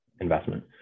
investment